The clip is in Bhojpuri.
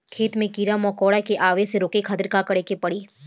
खेत मे कीड़ा मकोरा के आवे से रोके खातिर का करे के पड़ी?